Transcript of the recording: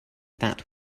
that